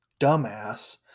dumbass